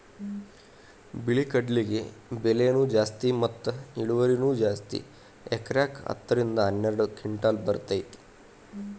ಬಿಳಿ ಕಡ್ಲಿಗೆ ಬೆಲೆನೂ ಜಾಸ್ತಿ ಮತ್ತ ಇದ ಇಳುವರಿನೂ ಜಾಸ್ತಿ ಎಕರೆಕ ಹತ್ತ ರಿಂದ ಹನ್ನೆರಡು ಕಿಂಟಲ್ ಬರ್ತೈತಿ